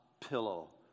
pillow